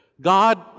God